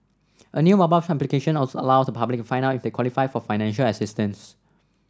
a new mobile application allows the public to find out if they qualify for financial assistance